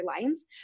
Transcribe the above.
lines